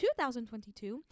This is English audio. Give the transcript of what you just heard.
2022